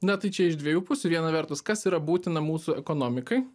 na tai čia iš dviejų pusių viena vertus kas yra būtina mūsų ekonomikai